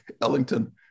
Ellington